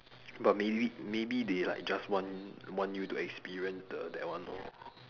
but maybe maybe they like just want want you to experience the that one lor